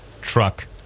truck